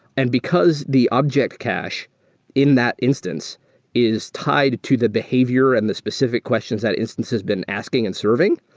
and because the object cache in that instance is tied to the behavior and the specific questions that instance has been asking and serving,